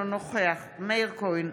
אינו נוכח מאיר כהן,